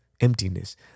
emptiness